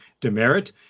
demerit